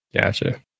Gotcha